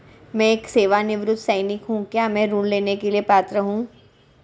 मैं एक सेवानिवृत्त सैनिक हूँ क्या मैं ऋण लेने के लिए पात्र हूँ?